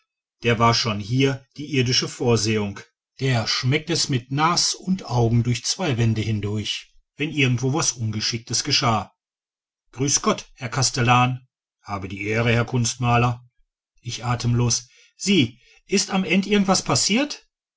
der war schon hier die irdische vorsehung der schmeckt es mit nas und augen durch zwei wände hindurch wenn irgendwo was ungeschicktes geschah grüß gott herr kastellan habe die ehre herr kunstmaler ich atemlos sie is am end irgend was passiert